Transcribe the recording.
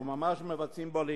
וממש מבצעים לינץ'.